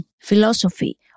philosophy